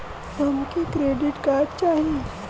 हमके credit card चाही